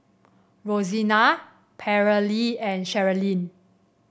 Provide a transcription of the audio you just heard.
Rosina Paralee and Cherilyn